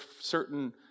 certain